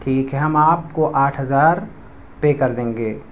ٹھیک ہے ہم آپ کو آٹھ ہزار پے کر دیں گے